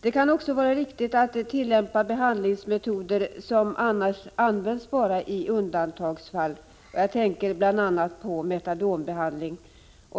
Det kan också vara riktigt att tillämpa behandlingsmetoder som används bara i undantagsfall — jag tänker bl.a. på metadonbehandling.